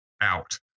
out